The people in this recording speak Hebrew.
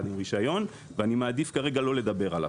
עם רישיון ואני מעדיף כרגע לא לדבר עליו.